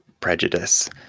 prejudice